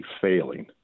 failing